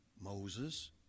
Moses